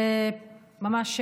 זה ממש,